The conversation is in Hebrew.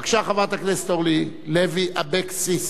בבקשה, חברת הכנסת אורלי לוי אבקסיס.